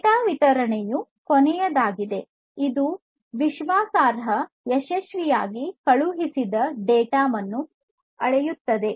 data ವಿತರಣೆಯು ಕೊನೆಯದಾಗಿದೆ ಇದು ವಿಶ್ವಾಸಾರ್ಹ ಯಶಸ್ವಿಯಾಗಿ ಕಳುಹಿಸಿದ ಡೇಟಾ ವನ್ನು ಅಳೆಯುತ್ತದೆ